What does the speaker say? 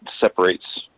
separates